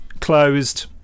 closed